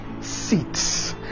seats